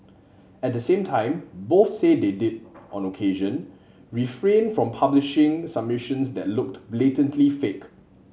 at the same time both say they did on occasion refrain from publishing submissions that looked blatantly fake